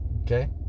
Okay